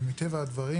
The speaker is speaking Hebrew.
אבל מטבע הדברים,